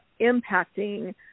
impacting